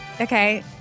Okay